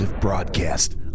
broadcast